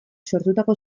sortutako